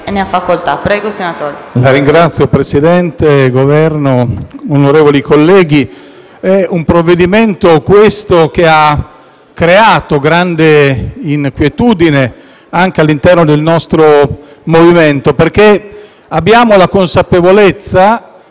rappresentanti del Governo e colleghi, è un provvedimento, questo, che ha creato grande inquietudine anche all'interno del nostro movimento, perché abbiamo la consapevolezza